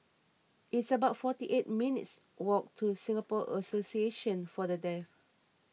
it's about forty eight minutes' walk to Singapore Association for the Deaf